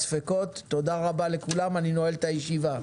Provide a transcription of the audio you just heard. תודה רבה לכולם, אני נועל את הישיבה.